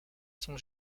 sont